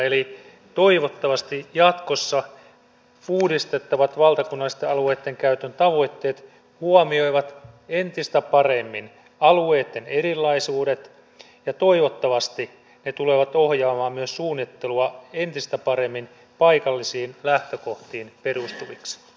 eli toivottavasti jatkossa uudistettavat valtakunnalliset alueidenkäyttötavoitteet huomioivat entistä paremmin alueitten erilaisuudet ja toivottavasti ne tulevat ohjaamaan myös suunnittelua entistä paremmin paikallisiin lähtökohtiin perustuviksi